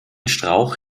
strauch